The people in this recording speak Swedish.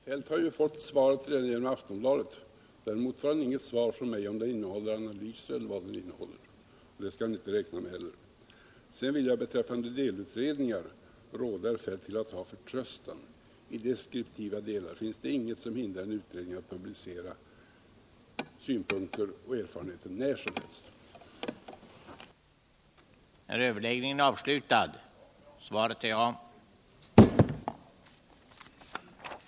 Herr talrnan! Herr Feldt har ju redan fått svar genom Aftonbladet. Däremot får han inget svar från mig om handlingen innehåller analyser eller något annat — det skall han inte räkna med. Sedan vill jag beträffande delbetänkanden råda herr Feldt att ha förtröstan. I deskriptiva delar finns det inget som hindrar en utredning att publicera synpunkter och erfarenheter när som helst. den det ej vill röstar nej. motsvarande del. den det ej vill röstar nej. den det ej vill röstar nej.